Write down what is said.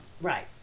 right